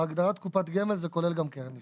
בהגדרת קופת גמל זה כולל גם קרן השתלמות.